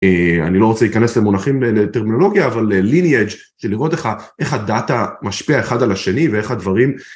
אני לא רוצה להיכנס למונחים ולטרמינולוגיה אבל lineage שלראות איך הדאטה משפיע אחד על השני ואיך הדברים